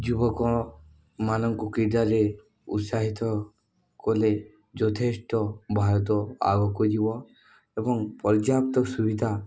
ଯୁବକମାନଙ୍କୁ କ୍ରୀଡ଼ାରେ ଉତ୍ସାହିତ କଲେ ଯଥେଷ୍ଟ ଭାରତ ଆଗକୁ ଯିବ ଏବଂ ପର୍ଯ୍ୟାପ୍ତ ସୁବିଧା